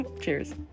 Cheers